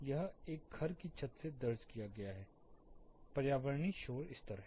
यह एक घर की छत से दर्ज किया गया पर्यावरणीय शोर स्तर है